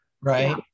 right